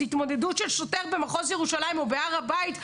זאת התמודדות של שוטר במחוז ירושלים או בהר הבית,